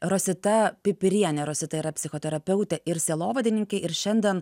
rosita pipirienė rosita yra psichoterapeutė ir sielovadininkė ir šiandien